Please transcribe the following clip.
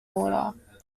water